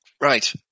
Right